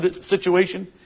situation